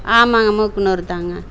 ஆமாங்க மூக்கனூர் தாங்க